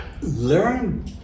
Learn